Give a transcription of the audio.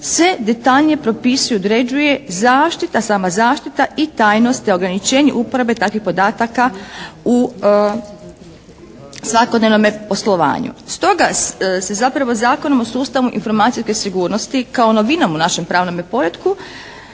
se detaljnije propisuje i određuje zaštita, sama zaštita i tajnost te ograničenje uporabe takvih podataka u svakodnevnome poslovanju. Stoga se zapravo Zakonom o sustavu informacijske sigurnosti kao novina u našem pravnome poretku